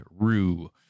Rue